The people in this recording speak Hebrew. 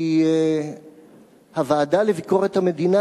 כי הוועדה לביקורת המדינה,